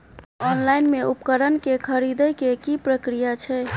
Online मे उपकरण केँ खरीदय केँ की प्रक्रिया छै?